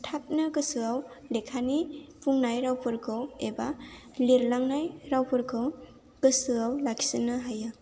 थाबनो गोसोआव लेखानि बुंनाय रावफोरखौ एबा लिरलांनाय रावफोरखौ गोसोआव लाखिजोबनो हायो